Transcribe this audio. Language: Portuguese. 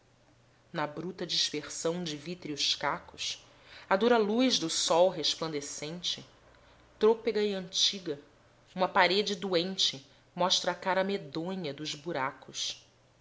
na bruta dispersão de vítreos cacos à dura luz do sol resplandecente trôpega e antiga uma parede doente mostra a cara medonha dos buracos